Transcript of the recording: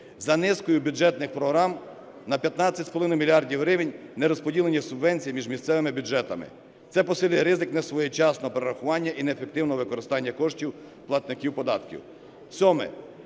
За низкою бюджетних програм на 15,5 мільярда гривень не розподілені субвенції між місцевими бюджетами. Це посилює ризик несвоєчасного перерахування і неефективного використання коштів платників податків.